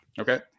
Okay